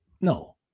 No